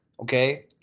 okay